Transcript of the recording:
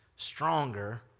stronger